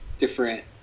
different